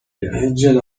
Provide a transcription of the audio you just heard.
angel